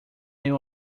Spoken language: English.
new